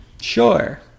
Sure